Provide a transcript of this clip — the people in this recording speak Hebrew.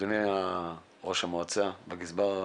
אדוני ראש המועצה והגזבר,